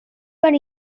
per